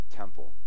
temple